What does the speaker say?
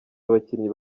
abakinnyi